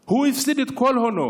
הוא הפסיד את כל הונו.